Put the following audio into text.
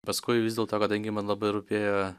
paskui vis dėlto kadangi man labai rūpėjo